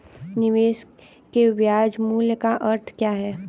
निवेश के ब्याज मूल्य का अर्थ क्या है?